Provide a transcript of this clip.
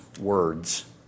words